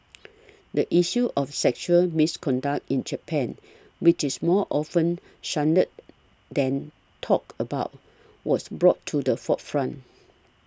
the issue of sexual misconduct in Japan which is more often shunned than talked about was brought to the forefront